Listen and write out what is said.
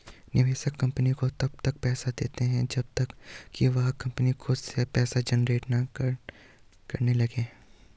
निवेशक कंपनी को तब तक पैसा देता है जब तक कि वह कंपनी खुद से पैसा जनरेट ना करने लगे